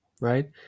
right